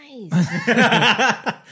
Nice